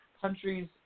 countries